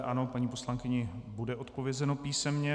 Ano, paní poslankyni bude odpovězeno písemně.